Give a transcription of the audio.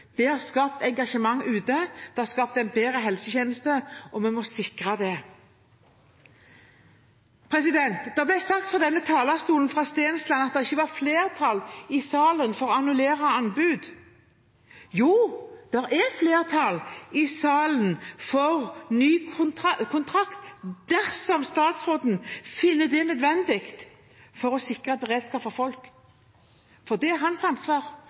Det har skapt engasjement ute, det har skapt en bedre helsetjeneste, og vi må sikre det. Representanten Stensland sa fra denne talerstolen at det ikke var flertall i salen for å annullere anbud. Jo, det er flertall i salen for ny kontrakt dersom statsråden finner det nødvendig for å sikre beredskapen for folk, for det er hans ansvar